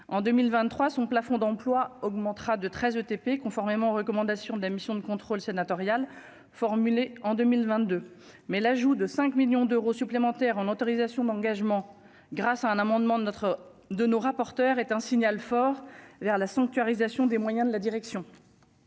en 2023 son plafond d'emploi augmentera de 13 ETP, conformément aux recommandations de la mission de contrôle sénatoriales formulées en 2022 mais l'ajout de 5 millions d'euros supplémentaires en autorisations d'engagement grâce à un amendement de notre de nos rapporteurs est un signal fort vers la sanctuarisation des moyens de la direction.